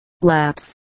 Laps